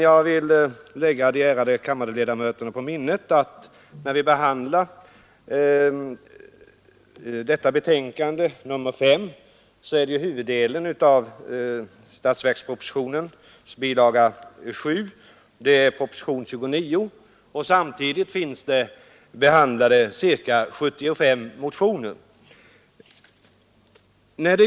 Jag vill lägga de ärade kammarledamöterna på minnet att i socialutskottets betänkande nr 5 behandlas samtidigt med huvuddelen av statsverkspropositionens bilaga 7 även propositionen 29 och ca 75 motioner.